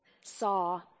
saw